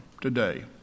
today